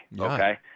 okay